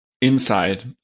Inside